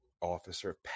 officer